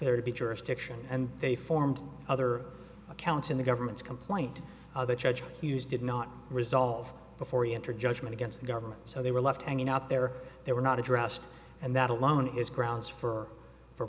jurisdiction and they formed other accounts in the government's complaint other judge hughes did not results before he entered judgment against the government so they were left hanging out there they were not addressed and that alone is grounds for for